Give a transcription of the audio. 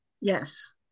yes